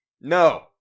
No